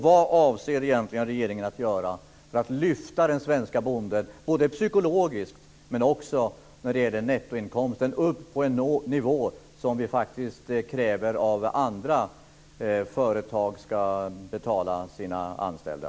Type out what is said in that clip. Vad avser regeringen att göra för att lyfta den svenske bonden psykologiskt, men också när det gäller nettoinkomsten upp till en nivå som vi faktiskt kräver att andra företag ska betala sina anställda?